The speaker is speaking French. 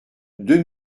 deux